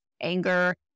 anger